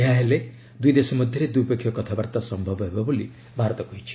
ଏହା ହେଲେ ଦୁଇ ଦେଶ ମଧ୍ୟରେ ଦ୍ୱିପକ୍ଷିୟ କଥାବାର୍ତ୍ତା ସମ୍ଭବ ହେବ ବୋଲି ଭାରତ କହିଛି